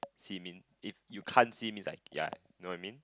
sea mean if you can't see means I ya know what I mean